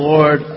Lord